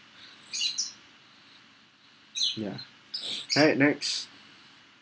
ya alright next